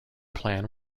plan